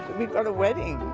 we've got a wedding!